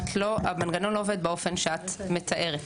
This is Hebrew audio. המנגנון לא עובד באופן שאת מתארת.